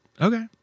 okay